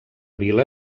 vila